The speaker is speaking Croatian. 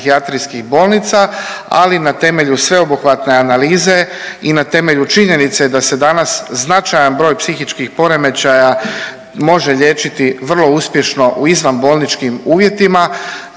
bolnica, ali na temelju sveobuhvatne analize i na temelju činjenice da se danas značajan broj psihičkih poremećaja može liječiti vrlo uspješno u izvanbolničkim uvjetima,